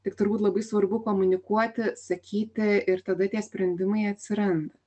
tik turbūt labai svarbu komunikuoti sakyti ir tada tie sprendimai atsiranda